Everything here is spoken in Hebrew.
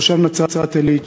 תושב נצרת-עילית,